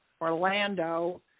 Orlando